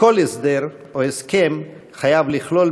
שכל הסדר או הסכם חייב לכלול,